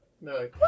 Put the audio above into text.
No